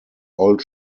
old